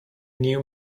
new